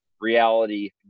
reality